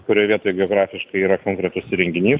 kurioj vietoj geografiškai yra konkretus įrenginys